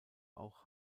auch